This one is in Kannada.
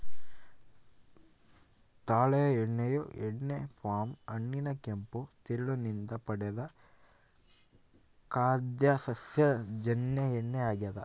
ತಾಳೆ ಎಣ್ಣೆಯು ಎಣ್ಣೆ ಪಾಮ್ ಹಣ್ಣಿನ ಕೆಂಪು ತಿರುಳು ನಿಂದ ಪಡೆದ ಖಾದ್ಯ ಸಸ್ಯಜನ್ಯ ಎಣ್ಣೆ ಆಗ್ಯದ